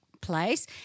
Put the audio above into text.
place